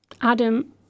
Adam